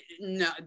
No